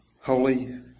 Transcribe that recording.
Holy